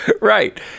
Right